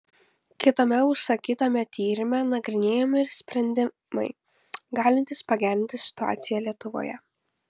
kitame užsakytame tyrime nagrinėjami ir sprendimai galintys pagerinti situaciją lietuvoje